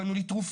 קנו לי תרופות,